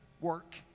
work